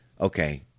okay